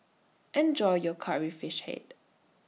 Enjoy your Curry Fish Head